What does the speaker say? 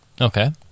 Okay